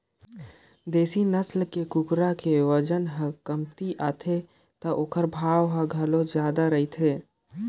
देसी नसल के कुकरा के बजन ह कमती आथे त ओखर भाव ह घलोक जादा रहिथे